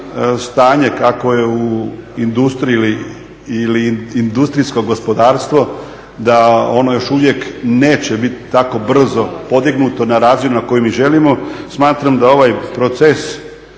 stanje kako je u industriji ili industrijsko gospodarstvo da ono još uvijek neće biti tako brzo podignuto na razinu na koju mi želimo, smatram da ovaj proces